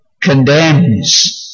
condemns